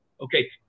Okay